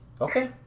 Okay